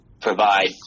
provide